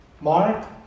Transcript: Mark